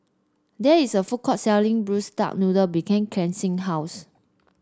there is a food court selling Braised Duck Noodle behind Kelcie's house